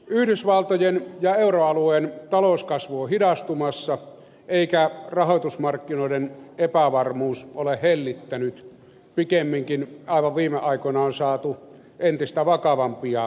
yhdysvaltojen ja euroalueen talouskasvu on hidastumassa eikä rahoitusmarkkinoiden epävarmuus ole hellittänyt pikemminkin aivan viime aikoina on saatu entistä vakavampia uutisia